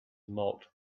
marked